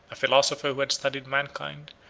a philosopher who had studied mankind,